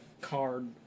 card